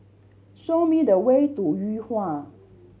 show me the way to Yuhua